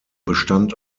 bestand